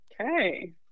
Okay